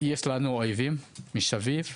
יש לנו אויבים מסביב,